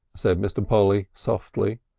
said mr. polly softly.